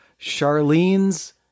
Charlene's